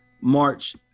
March